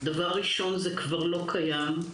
דבר ראשון, זה כבר לא קיים,